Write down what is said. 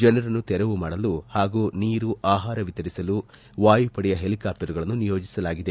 ಜನರನ್ನು ತೆರವು ಮಾಡಲು ಹಾಗೂ ನೀರು ಆಹಾರ ವಿತರಿಸಲು ವಾಯುಪಡೆಯ ಹೆಲಿಕಾಫ್ಟರ್ಗಳನ್ನು ನಿಯೋಜಿಸಲಾಗಿದೆ